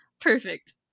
Perfect